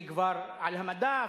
היא כבר על המדף,